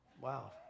wow